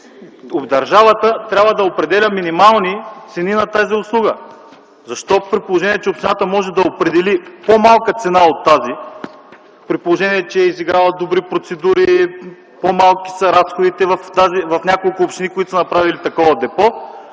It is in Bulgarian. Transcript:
държавата трябва да определя минимални цени на тази услуга. Защо, при положение че общината може да определи по-малка цена от тази, при положение че е изиграла добри процедури, по-малки са разходите в няколко общини, които са направили такова депо